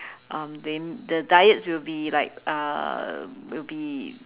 um they the diet would be like uh will be